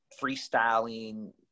freestyling